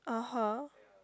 (uh huh)